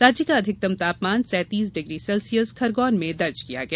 राज्य का अधिकतम तापमान सैतीस डिग्री सेल्सियस खरगौन में दर्ज किया गया